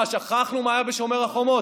מה, שכחנו מה היה בשומר החומות?